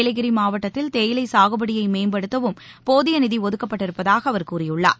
நீலகிரி மாவட்டத்தில் தேயிலை சாகுபடியை மேம்படுத்தவும் போதிய நிதி ஒதுக்கப்பட்டிருப்பதாக அவர் கூறியுள்ளார்